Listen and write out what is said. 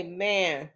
Amen